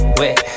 wait